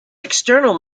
external